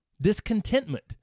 discontentment